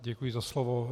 Děkuji za slovo.